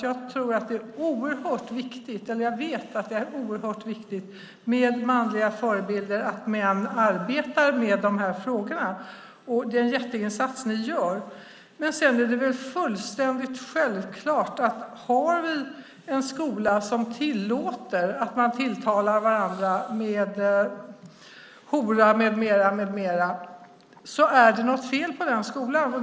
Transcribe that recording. Jag vet nämligen att det är oerhört viktigt med manliga förebilder, att män arbetar med de här frågorna. Det är en jätteinsats ni gör. Men sedan är det väl fullständigt självklart att det, om vi har en skola som tillåter att man tilltalar varandra med ord som hora med mera, är något fel på den skolan.